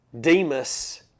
Demas